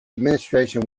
administration